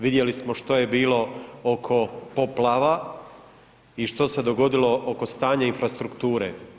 Vidjeli smo što je bilo oko poplava i što se dogodilo oko stanja infrastrukture.